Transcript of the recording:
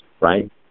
right